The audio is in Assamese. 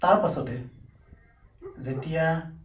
তাৰপাছতে যেতিয়া